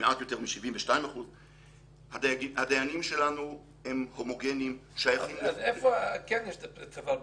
72%. הדיינים שלנו הם הומוגניים -- אז איפה כן יש צוואר בקבוק?